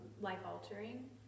life-altering